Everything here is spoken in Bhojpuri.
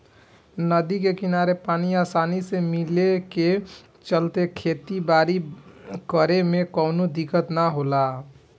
नदी के किनारे पानी आसानी से मिले के चलते खेती बारी करे में कवनो दिक्कत ना होला